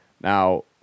Now